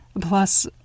Plus